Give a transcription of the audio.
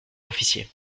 officier